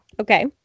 Okay